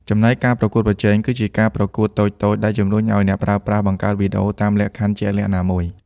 ចំណែក ការប្រកួតប្រជែង គឺជាការប្រកួតតូចៗដែលជំរុញឱ្យអ្នកប្រើប្រាស់បង្កើតវីដេអូតាមលក្ខខណ្ឌជាក់លាក់ណាមួយ។